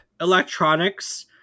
Electronics